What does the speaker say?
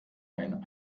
einen